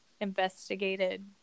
investigated